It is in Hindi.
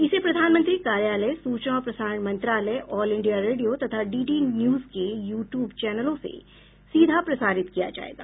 इसे प्रधानमंत्री कार्यालय सूचना और प्रसारण मंत्रालय ऑल इंडिया रेडियो तथा डी डी न्यूज के यू ट्यूब चौनलों से सीधा प्रसारित किया जायेगा